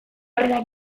horrela